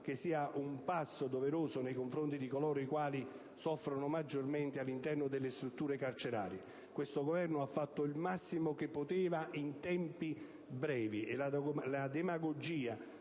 un passo doveroso nei confronti di coloro i quali soffrono maggiormente all'interno delle strutture carcerarie. Questo Governo ha fatto il massimo che poteva ed in tempi brevi, e la demagogia